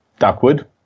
Duckwood